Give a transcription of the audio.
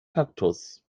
kaktus